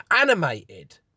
animated